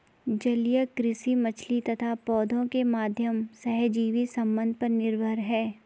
जलीय कृषि मछली तथा पौधों के माध्यम सहजीवी संबंध पर निर्भर है